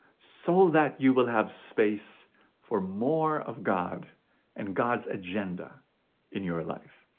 so that you will have space for more of god and god's agenda in your life.